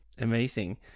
Amazing